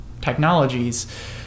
technologies